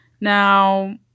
Now